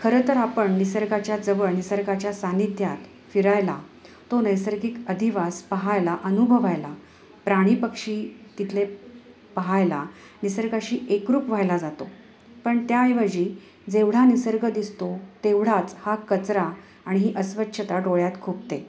खरं तर आपण निसर्गाच्या जवळ निसर्गाच्या सान्निध्यात फिरायला तो नैसर्गिक अधिवास पाहायला अनुभवायला प्राणी पक्षी तिथले पाहायला निसर्गाशी एकरूप व्हायला जातो पण त्याऐवजी जेवढा निसर्ग दिसतो तेवढाच हा कचरा आणि ही अस्वच्छता डोळ्यात खुपते